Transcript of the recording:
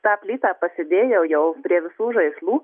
tą plytą pasidėjau jau prie visų žaislų